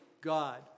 God